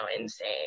insane